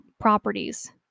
properties